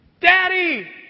Daddy